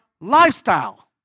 lifestyle